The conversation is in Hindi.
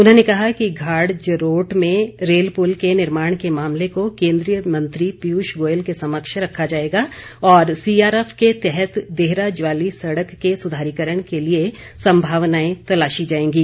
उन्होंने कहा कि घाड़ जरोट में रेल पुल के निर्माण के मामले को केन्द्रीय मंत्री पियूष गोयल के समक्ष रखा जाएगा और सीआरएफ के तहत देहरा ज्वाली सड़क के सुधारीकरण के लिए संभावनाएं तलाशी जाएंगी